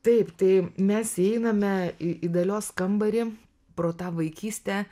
taip tai mes įeiname į į dalios kambarį pro tą vaikystę